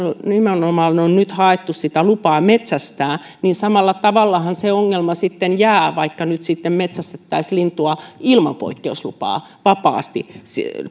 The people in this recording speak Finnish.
nimenomaan on nyt haettu sitä lupaa metsästää ja samalla tavallahan se ongelma jää vaikka nyt sitten metsästettäisiin lintua ilman poikkeuslupaa vapaasti